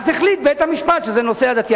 אז החליט בית-המשפט שזה נושא עדתי.